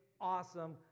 awesome